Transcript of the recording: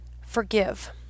forgive